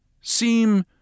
seem